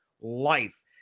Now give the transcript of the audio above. life